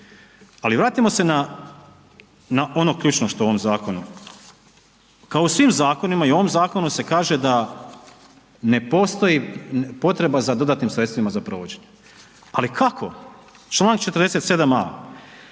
Ali vratimo se na, na ono ključno što je u ovom zakonu, kao u svim zakonima i u ovom zakonu se kaže da ne postoji potreba za dodatnim sredstvima za provođenje, ali kako, čl. 47a.